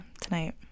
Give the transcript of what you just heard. tonight